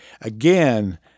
again